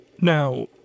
Now